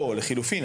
לחילופין,